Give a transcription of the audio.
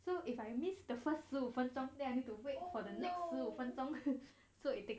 so if I missed the first 十五分钟 then I need to wait for the next 十五分钟 so it takes